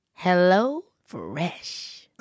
HelloFresh